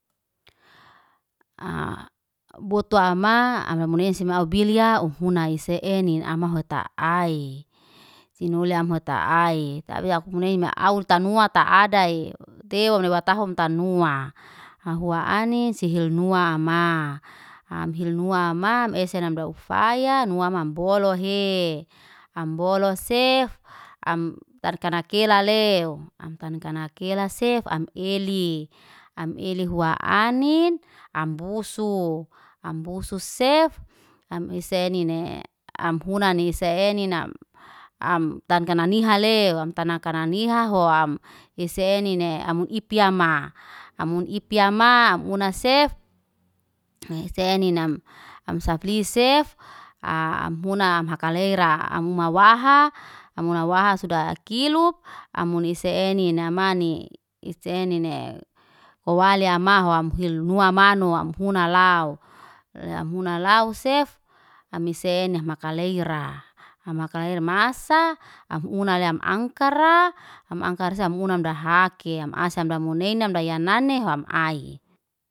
butuaa maa am munisima au biliau huna se enin am hota ai. Sinole am hota ai, tabia yak munei ma au tanua ta adai. Tewa miwa tahu um tanua. Hau ani sihil nua ama. Am hil nua ama, esen amdau fayaa, nua am ambolo he. Ambolo sef, am tan kanake la leu. Am tan kanake sef, am eli. Am eli hua anin, am busu. Am busu sef, am ese enine. Am huna ni se ninam. Am tan kananihale, am tan kananihe ho am. Am ese nine, am unipia ma, am unipia ma, am una sef am seninam. Am safli sef, am huna am hakalera am una wahaa, am una waha suda kilup. Am un ese enin namani ise nine. Hoaliya amahua am hil nua manu, am huna lau. Am huna lau sef, ami se enin am hakaleira. Am hakalaira masaa, am una lem angkara, am angkara am una mdu haki. Am asam mda muneine, am daya nane, ham ai.